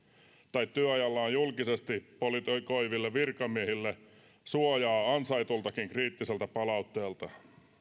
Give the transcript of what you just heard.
tai työajallaan julkisesti politikoiville virkamiehille suojaa ansaitultakin kriittiseltä palautteelta